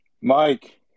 Mike